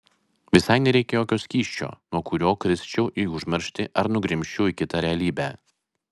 visai nereikia jokio skysčio nuo kurio krisčiau į užmarštį ar nugrimzčiau į kitą realybę